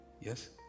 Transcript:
yes